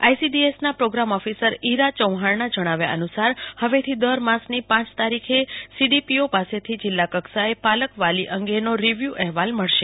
આઈસીડીએસના programme officer Ira ચૌહાણના જણાવ્યા અનુસાર હવેથી દર માસની પાંચ તારીખે સીડીપીઓ પાસેથી જિલ્લા કક્ષાએ પાલક વાલી અંગેનો રીવ્યુ અહેવાલ મળશે